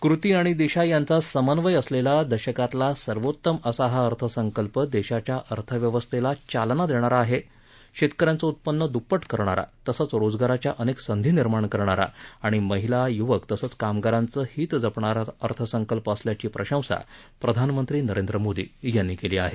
कती आणि दिशा यांचा समन्वय असलेला दशकातला सर्वोत्तम असा हा अर्थसंकल्प देशाच्या अर्थव्यवस्थेला चालना देणारा आहे शेतकऱ्यांचं उत्पन्न दुप्पट करणारा तसंच रोजगाराच्या अनेक संधी निर्माण करणारा आणि महिला युवक तसंच कामगारांचं हित जपणारा अर्थसंकल्प असल्याची प्रशंसा प्रधानमंत्री नरेंद्र मोदी यांनी केली आहे